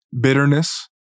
bitterness